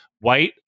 white